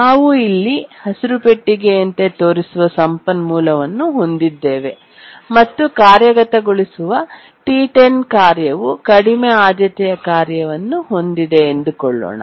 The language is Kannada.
ನಾವು ಇಲ್ಲಿ ಹಸಿರು ಪೆಟ್ಟಿಗೆಯಂತೆ ತೋರಿಸಿರುವ ಸಂಪನ್ಮೂಲವನ್ನು ಹೊಂದಿದ್ದೇವೆ ಮತ್ತು ಕಾರ್ಯಗತಗೊಳಿಸುವ T10 ಕಾರ್ಯವು ಕಡಿಮೆ ಆದ್ಯತೆಯ ಕಾರ್ಯವನ್ನು ಹೊಂದಿದೆ ಎಂದುಕೊಳ್ಳೋಣ